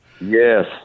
Yes